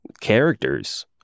characters